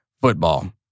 football